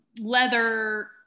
leather